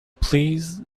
please